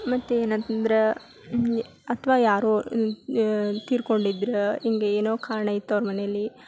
ಮತ್ತು ಏನಂತಂದ್ರೆ ಅಥ್ವ ಯಾರೋ ತೀರ್ಕೊಂಡಿದ್ರು ಹಿಂಗೆ ಏನೋ ಕಾರಣ ಇತ್ತು ಅವ್ರ ಮನೆಯಲ್ಲಿ